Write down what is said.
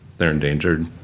they're endangered.